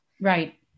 Right